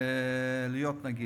כדי להיות נגיד?